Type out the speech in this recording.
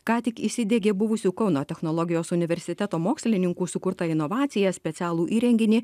ką tik įsidegė buvusių kauno technologijos universiteto mokslininkų sukurtą inovaciją specialų įrenginį